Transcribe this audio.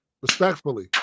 respectfully